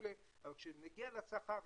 אבל כשנגיע לשכר,